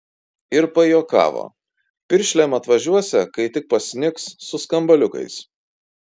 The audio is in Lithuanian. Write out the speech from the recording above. ir pajuokavo piršlėm atvažiuosią kai tik pasnigs su skambaliukais